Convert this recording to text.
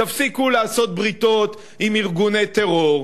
תפסיקו לעשות בריתות עם ארגוני טרור,